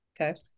Okay